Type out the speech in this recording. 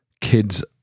kids